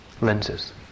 lenses